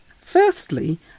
Firstly